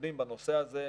מתקדמים בנושא הזה,